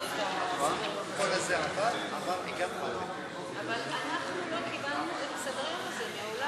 אבל אנחנו לא קיבלנו את סדר-היום הזה.